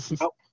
Nope